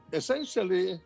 essentially